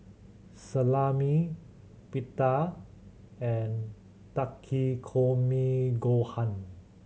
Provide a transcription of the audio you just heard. Salami Pita and Takikomi Gohan